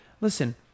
listen